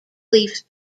leafs